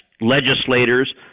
legislators